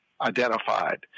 identified